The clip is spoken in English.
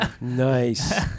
Nice